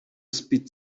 spit